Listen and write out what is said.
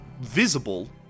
visible